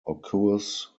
occurs